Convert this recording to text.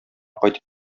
кайтып